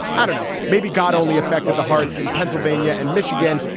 i don't know. maybe god only affected the hearts in pennsylvania and michigan.